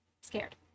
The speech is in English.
scared